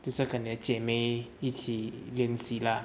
就是要跟你的姐妹一起练习 lah